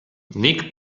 nick